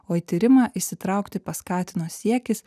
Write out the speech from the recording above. o į tyrimą įsitraukti paskatino siekis